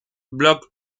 blog